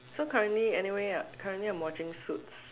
so currently anyway currently I'm watching suits